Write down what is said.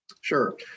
Sure